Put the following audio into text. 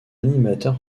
animateur